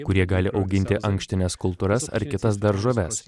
kurie gali auginti ankštines kultūras ar kitas daržoves